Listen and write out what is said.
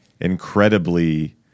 incredibly